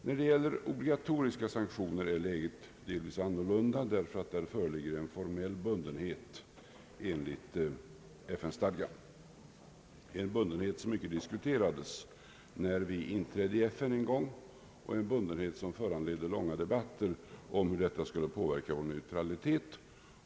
När det gäller obligatoriska sanktioner är läget delvis annorlunda, ty där föreligger en formell bundenhet enligt FN-stadgan, en bundenhet som mycket diskuterades när vi inträdde i FN och som föranledde långa debatter om hur den skulle påverka vår neutralitet.